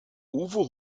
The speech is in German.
uwe